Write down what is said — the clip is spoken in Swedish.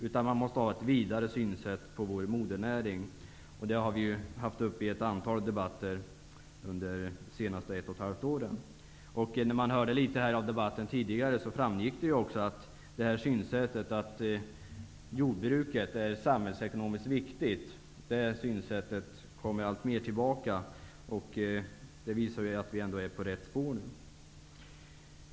Man måste ha ett vidare synsätt när det gäller vår modernäring, vilket har varit uppe i ett antal debatter under de senaste ett och ett halvt åren. Av den tidigare debatten i dag framgick det att synsättet att jordbruket är samhällsekonomiskt viktigt alltmer kommer tillbaka. Det visar att vi ändå är på rätt väg.